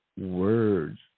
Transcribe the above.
words